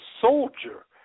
soldier